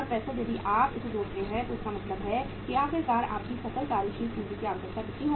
70065 यदि आप इसे जोड़ते हैं तो इसका मतलब है कि आखिरकार आपकी सकल कार्यशील पूंजी की आवश्यकता कितनी होगी